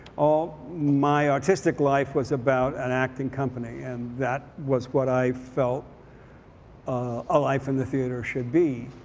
all my artistic life was about an acting company. and that was what i felt a life in the theater should be.